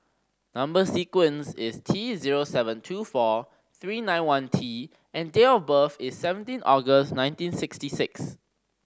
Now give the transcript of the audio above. number sequence is T zero seven two four three nine one T and date of birth is seventeen August nineteen sixty six